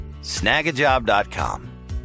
Snagajob.com